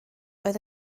oedd